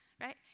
right